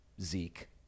Zeke